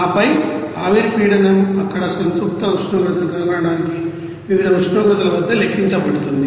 ఆపై ఆవిరి పీడనం అక్కడ సంతృప్త ఉష్ణోగ్రతను కనుగొనడానికి వివిధ ఉష్ణోగ్రతల వద్ద లెక్కించబడుతుంది